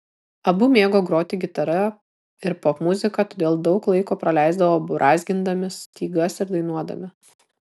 abu mėgo groti gitara ir popmuziką todėl daug laiko praleisdavo brązgindami stygas ir dainuodami